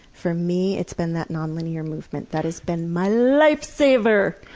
for me, it's been that non-linear movement, that has been my life saver!